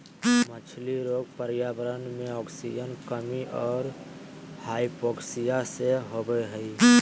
मछली रोग पर्यावरण मे आक्सीजन कमी और हाइपोक्सिया से होबे हइ